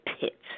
pit